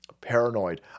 paranoid